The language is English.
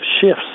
shifts